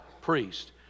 priest